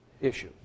issue